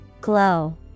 Glow